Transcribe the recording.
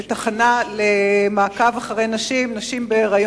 של תחנה למעקב אחר נשים בהיריון.